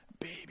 baby